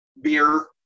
beer